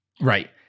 right